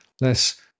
less